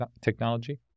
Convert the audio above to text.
technology